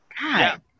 God